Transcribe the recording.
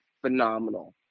phenomenal